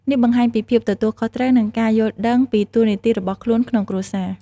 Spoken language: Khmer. នេះបង្ហាញពីភាពទទួលខុសត្រូវ និងការយល់ដឹងពីតួនាទីរបស់ខ្លួនក្នុងគ្រួសារ។